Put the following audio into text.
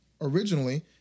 originally